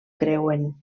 creuen